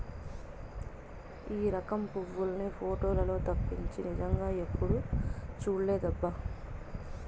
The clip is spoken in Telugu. ఈ రకం పువ్వుల్ని పోటోలల్లో తప్పించి నిజంగా ఎప్పుడూ చూడలేదబ్బా